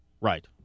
Right